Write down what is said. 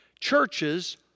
Churches